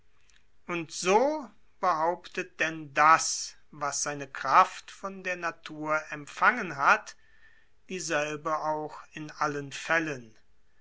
und so behauptet denn das was seine kraft von der natur empfangen hat dieselbe auch in allen fällen